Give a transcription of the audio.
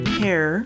hair